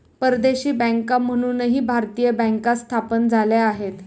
परदेशी बँका म्हणूनही भारतीय बँका स्थापन झाल्या आहेत